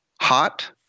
hot